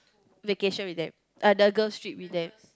vacation with them uh the girl strip with them